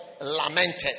lamented